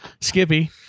Skippy-